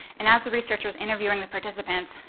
and as the researcher is interviewing the participant,